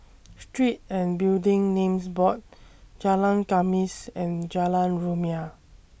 Street and Building Names Board Jalan Khamis and Jalan Rumia